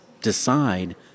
decide